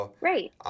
Right